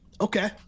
Okay